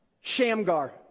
Shamgar